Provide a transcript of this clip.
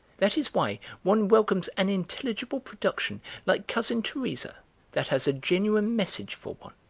that is why one welcomes an intelligible production like cousin teresa that has a genuine message for one.